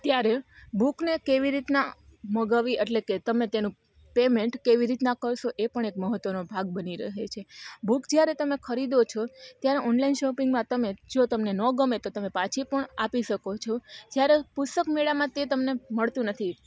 ત્યારે બુકને કેવી રીતના મગાવી અટલે કે તમે તેનું પેમેન્ટ કેવી રીતના કરશો એ પણ એક મહત્વનો ભાગ બની રહે છે બુક જ્યારે તમે ખરીદો છો ત્યારે ઓનલાઈન શોપિંગમાં તમે જો તમને નો ગમે તમે પાછી પણ આપી શકો છો જ્યારે પુસ્તક મેળામાં તે તમને મળતું નથી